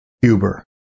Huber